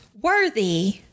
worthy